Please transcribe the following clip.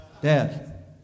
Dad